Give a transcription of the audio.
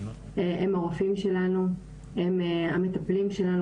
הם הרופאים שלנו והמטפלים שלנו,